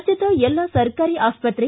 ರಾಜ್ಯದ ಎಲ್ಲ ಸರ್ಕಾರಿ ಆಸ್ಪತ್ರೆ